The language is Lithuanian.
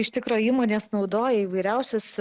iš tikro įmonės naudoja įvairiausius